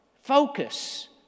Focus